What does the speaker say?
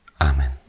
Amen